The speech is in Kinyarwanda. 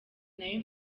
nayo